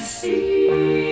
see